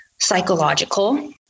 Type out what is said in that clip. psychological